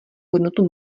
hodnotu